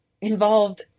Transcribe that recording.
involved